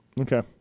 Okay